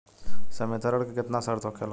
संवितरण के केतना शर्त होखेला?